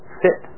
fit